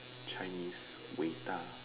chinese ：伟大:wei da